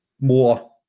more